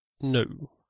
No